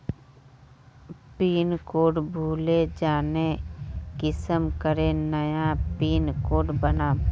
Pin code भूले जाले कुंसम करे नया पिन कोड बनाम?